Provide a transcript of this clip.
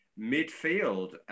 Midfield